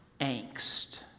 angst